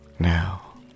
Now